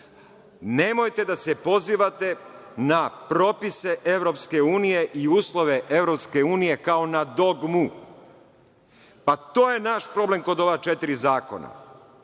beže. Nemojte da se pozivate na propise EU i uslove EU kao na dogmu. To je naš problem kod ova četiri zakona,